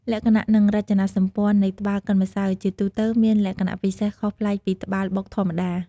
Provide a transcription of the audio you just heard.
លក្ខណៈ និងរចនាសម្ព័ន្ធនៃត្បាល់កិនម្សៅជាទូទៅមានលក្ខណៈពិសេសខុសប្លែកពីត្បាល់បុកធម្មតា។